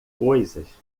coisas